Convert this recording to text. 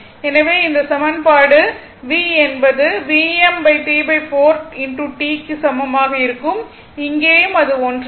எனவே இந்த சமன்பாடு v என்பதுக்கு சமமாக இருக்கும் இங்கேயும் அது ஒன்றுதான்